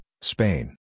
Spain